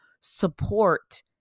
support